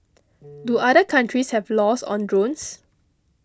do other countries have laws on drones